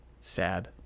Sad